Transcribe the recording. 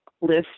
list